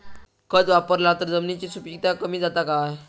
खत वापरला तर जमिनीची सुपीकता कमी जाता काय?